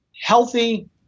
healthy